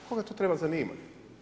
Koga to treba zanimati.